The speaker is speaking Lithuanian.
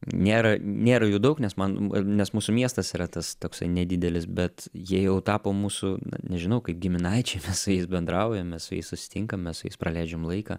nėra nėra jų daug nes man nes mūsų miestas yra tas toksai nedidelis bet jie jau tapo mūsų na nežinau kaip giminaičiai mes su jais bendraujam mes su jais susitinkam mes su jais praleidžiam laiką